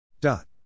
Dot